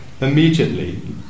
immediately